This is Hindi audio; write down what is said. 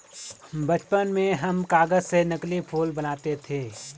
बचपन में हम कागज से नकली फूल बनाते थे